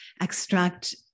extract